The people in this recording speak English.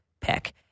pick